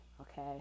Okay